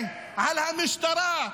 -- שמי שממונה על המשטרה,